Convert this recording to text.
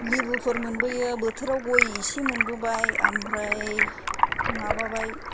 लिबुफोर मोनबोयो बोथोराव गय एसे मोनबोबाय ओमफ्राय माबाबाय